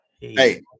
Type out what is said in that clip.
Hey